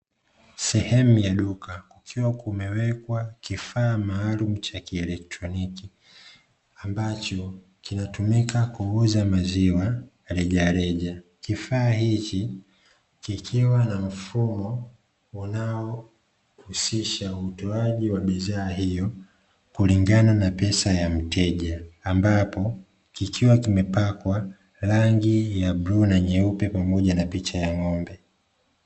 Sehemu ya duka kukiwa kumewekwa kifaa maalumu cha kielektroniki, ambacho kinatumika kuuza maziwa rejareja. Kifaa hiki kikiwa na mfumo unaohusisha utoaji wa bidhaa hiyo kulingana na pesa ya mteja, ambapo kikiwa kimepakwa rangi ya bluu na nyeupe, pamoja na picha ya ng'ombe.